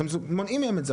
אתם מונעים מהם את זה.